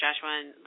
Joshua